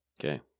Okay